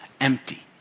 empty